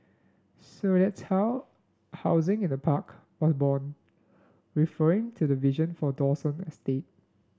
so that's how housing in a park was born referring to the vision for Dawson estate